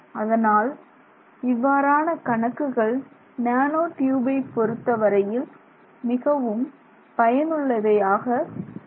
அதனால் இவ்வாறான கணக்குகள் நானோ டியூபை பொறுத்தவரையில் மிகவும் பயனுள்ளவையாக உள்ளன